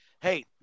Hey